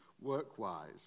work-wise